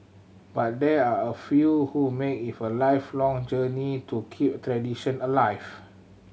but there are a few who make it for lifelong journey to keep tradition alive